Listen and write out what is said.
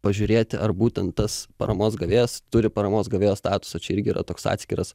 pažiūrėti ar būtent tas paramos gavėjas turi paramos gavėjo statusą čia irgi yra toks atskiras